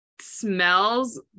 smells